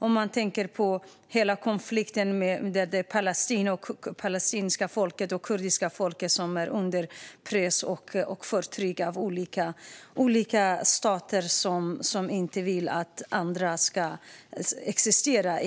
Liksom det palestinska folket i Palestinakonflikten står det kurdiska folket under press och förtryck av olika stater som inte vill att de ens ska existera.